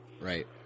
Right